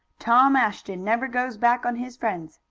tom ashton never goes back on his friends.